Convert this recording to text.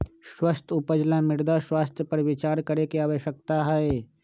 स्वस्थ उपज ला मृदा स्वास्थ्य पर विचार करे के आवश्यकता हई